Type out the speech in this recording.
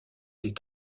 des